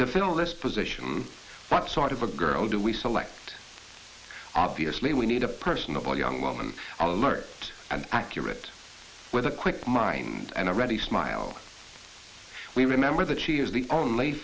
to fill this position but sort of a girl do we select obviously we need a personable young woman alert and accurate with a quick mind and a ready smile we remember that she is the only